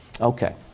Okay